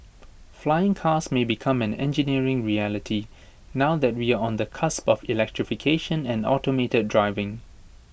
flying cars may become an engineering reality now that we are on the cusp of electrification and automated driving